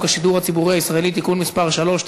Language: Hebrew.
השידור הציבורי הישראלי (תיקון מס' 3),